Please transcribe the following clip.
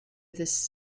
this